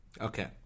Okay